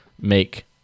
make